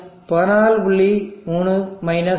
7 13